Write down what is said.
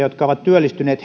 jotka ovat työllistyneet